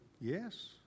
Yes